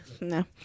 no